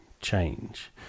change